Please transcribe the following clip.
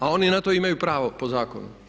A oni na to imaju pravo po zakonu.